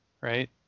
right